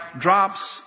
drops